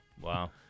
Wow